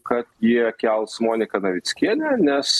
kad jie kels moniką navickienę nes